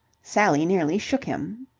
sally nearly shook him.